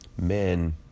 men